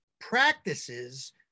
practices